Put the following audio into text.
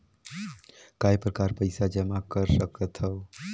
काय प्रकार पईसा जमा कर सकथव?